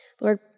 Lord